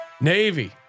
Navy